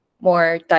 more